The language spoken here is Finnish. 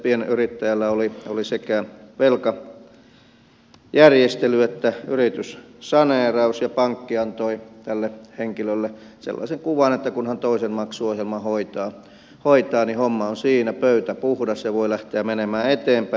pienyrittäjällä oli sekä velkajärjestely että yrityssaneeraus ja pankki antoi tälle henkilölle sellaisen kuvan että kunhan toisen maksuohjelman hoitaa niin homma on siinä pöytä puhdas ja voi lähteä menemään eteenpäin